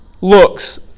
looks